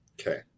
Okay